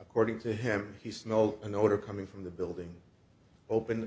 according to him he said no an order coming from the building open